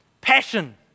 Passion